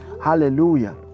Hallelujah